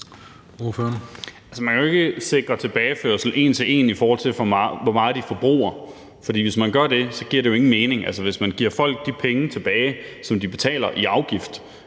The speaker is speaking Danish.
Man kan jo ikke sikre en tilbageførsel en til en, i forhold til hvor meget de forbruger, for hvis man gør det, giver det jo ingen mening. Altså, hvis man giver folk de penge tilbage, som de betaler i afgift,